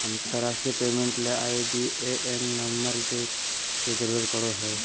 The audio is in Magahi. अंतरराष्ट्रीय पेमेंट ले आई.बी.ए.एन नम्बर के जरूरत पड़ो हय